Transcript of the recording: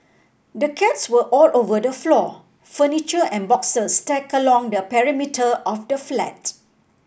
the cats were all over the floor furniture and boxes stacked along the perimeter of the flat